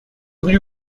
rue